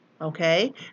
okay